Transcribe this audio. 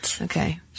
Okay